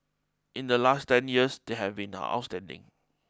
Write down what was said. in the last ten years they have been outstanding